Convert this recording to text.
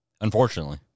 Unfortunately